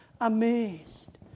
amazed